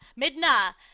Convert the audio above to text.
Midna